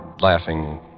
laughing